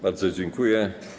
Bardzo dziękuję.